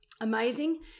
Amazing